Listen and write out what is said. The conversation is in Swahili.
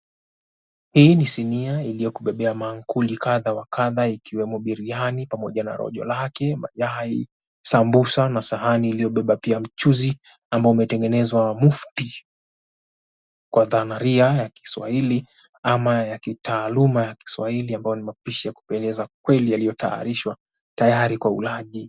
Hii ni sinia iliyo kubebea maakuli kadha wa kadha ikiwemo biriani pamoja na rojo lake, mayai, sambusa na sahani iliyobeba pia mchuzi ambao umetengenezwa mufti kwa dhanaria ya kiswahili ama ya kitaaluma ya kiswahili ambayo ni mapishi ya kupendeza kweli yaliyotayarishwa tayari kwa ulaji.